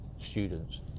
students